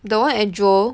the one at Jewel